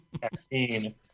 vaccine